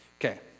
okay